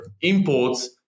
imports